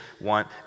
want